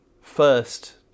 first